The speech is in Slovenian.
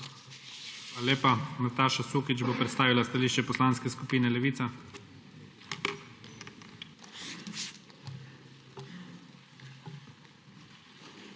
Hvala lepa. Nataša Sukič bo predstavila stališče Poslanske skupine Levica.